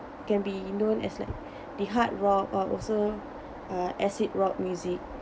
can be known as like the hard rock or also uh acid rock music